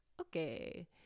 Okay